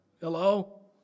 Hello